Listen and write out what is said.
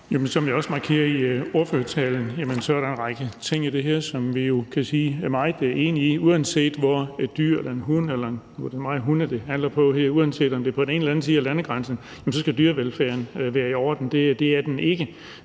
Som jeg også markerede i ordførertalen, er der en række ting i det her, som vi er meget enige i, og uanset om det drejer sig om hunde på den ene eller den anden side af landegrænsen, skal dyrevelfærden være i orden. Det er den ikke.